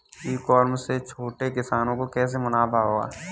ई commerce से छोटे किसानों को कैसे मुनाफा होगा?